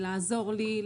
לעזור לי,